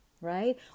right